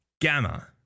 Gamma